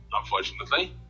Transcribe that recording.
unfortunately